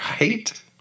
Right